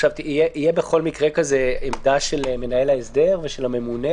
תהיה בכל מקרה כזה עמדה של מנהל ההסדר ושל הממונה?